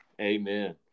Amen